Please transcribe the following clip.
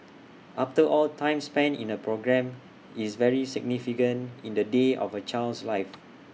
after all time spent in A programme is very significant in the day of A child's life